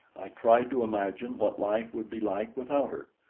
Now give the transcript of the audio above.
i tried to imagine what life would be like without her,